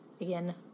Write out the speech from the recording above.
Again